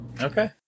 Okay